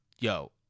Yo